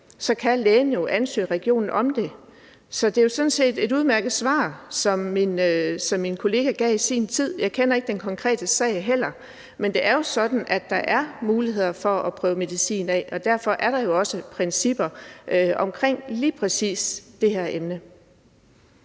af, kan lægen ansøge regionen om det. Så det var sådan set et udmærket svar, som min kollega gav i sin tid. Jeg kender ikke den konkrete sag, men det er jo sådan, at der er muligheder for at prøve medicin af, og derfor er der også principper for lige præcis det her.